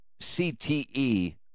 CTE